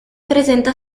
presenta